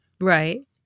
right